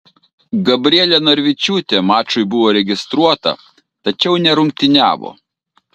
gabrielė narvičiūtė mačui buvo registruota tačiau nerungtyniavo